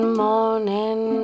morning